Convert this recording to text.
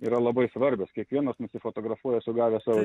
yra labai svarbios kiekvienas nusifotografuoja sugavęs savo